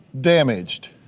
damaged